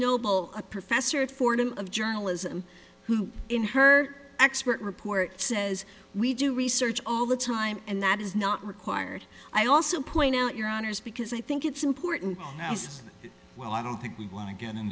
noble a professor at fordham of journalism who in her expert report says we do research all the time and that is not required i also point out your honors because i think it's important as well i don't think we want to get in